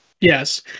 Yes